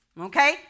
okay